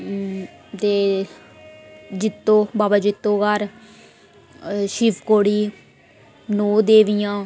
ते जित्तो बाबा जित्तो गाह्र शिवखोड़ी नौ देवियां